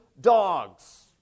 dogs